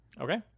Okay